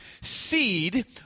seed